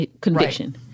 conviction